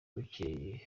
bukeye